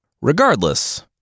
Regardless